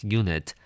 unit